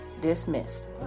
dismissed